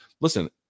listen